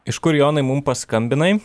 iš kur jonai mum paskambinai